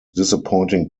disappointing